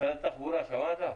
משרד התחבורה, שמעת?